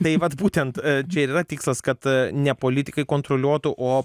tai vat būtent čia ir yra tikslas kad ne politikai kontroliuotų o